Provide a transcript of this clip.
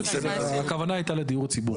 הכוונה הייתה לדיור ציבורי.